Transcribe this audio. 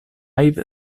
live